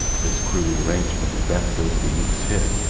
this crude arrangement he bound over the youth's head,